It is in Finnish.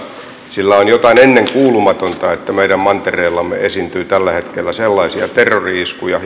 sillä on jotain ennenkuulumatonta että meidän mantereellamme jopa välittömästi suomen lähialueella esiintyy tällä hetkellä sellaisia terrori iskuja